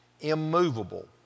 immovable